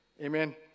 Amen